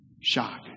Shock